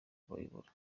kubayobora